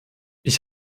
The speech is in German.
ich